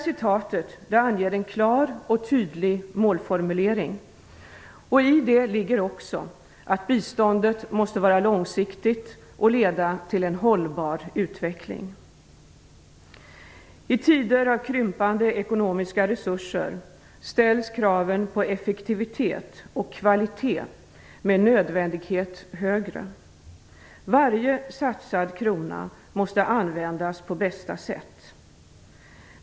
Citatet anger en klar och tydlig målformulering. I detta ligger också att biståndet måste vara långsiktigt och leda till en hållbar utveckling. I tider av krympande ekonomiska resurser ställs kraven på effektivitet och kvalitet med nödvändighet högre. Varje satsad krona måste användas på bästa sätt.